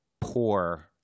poor –